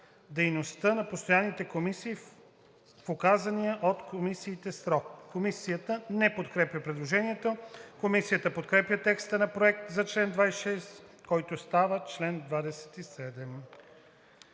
дейността на постоянните комисии, в указан от комисиите срок.“ Комисията не подкрепя предложението. Комисията подкрепя текста на Проекта за чл. 26, който става чл. 27.